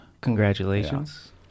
Congratulations